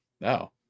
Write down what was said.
No